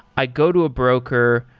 i go to a broker,